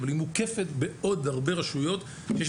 אבל היא מוקפת בעוד הרבה רשויות שיש